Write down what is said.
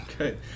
Okay